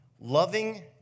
loving